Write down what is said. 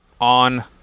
On